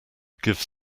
gives